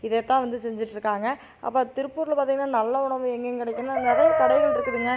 இதே தான் வந்து செஞ்சிட்டுருக்காங்க அப்போ திருப்பூரில் பார்த்திங்கன்னா நல்ல உணவு எங்கைங்க கெடைக்குதுன்னா நிறைய கடைகள் இருக்குதுங்க